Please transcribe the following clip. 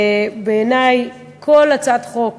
בעיני, כל הצעת חוק